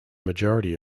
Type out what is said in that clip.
majority